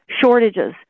shortages